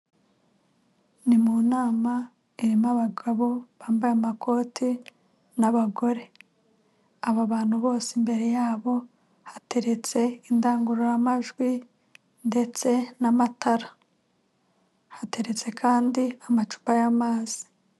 Ni mu nama irimo abagabo bambaye amakoti n'abagore. Aba bantu bose imbere yabo hateretse indangururamajwi ndetse n'amatara. Hateretse kandi amacupa y'amazi.